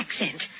accent